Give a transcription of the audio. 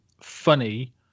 funny